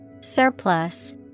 Surplus